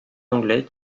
anglais